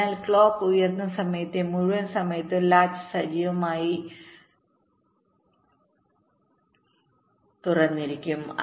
അതിനാൽ ക്ലോക്ക് ഉയർന്ന സമയത്തെ മുഴുവൻ സമയത്തും ലാച്ച് സജീവമായി അല്ലെങ്കിൽ തുറന്നിരിക്കും